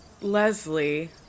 Leslie